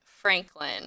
franklin